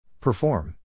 Perform